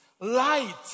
light